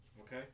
Okay